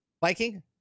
Viking